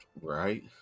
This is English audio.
Right